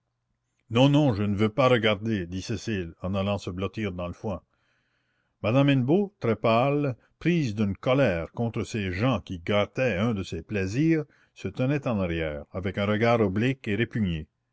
non non je ne veux pas regarder dit cécile en allant se blottir dans le foin madame hennebeau très pâle prise d'une colère contre ces gens qui gâtaient un de ses plaisirs se tenait en arrière avec un regard oblique et